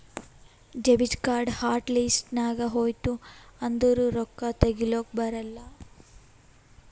debit card hot list ನಾಗ್ ಹೋಯ್ತು ಅಂದುರ್ ರೊಕ್ಕಾ ತೇಕೊಲಕ್ ಬರಲ್ಲ